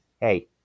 Hey